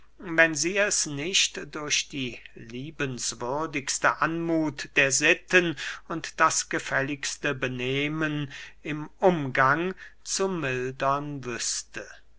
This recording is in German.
wenn sie es nicht durch die liebenswürdigste anmuth der sitten und das gefälligste benehmen im umgang zu mildern wüßte